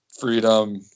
freedom